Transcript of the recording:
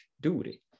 duty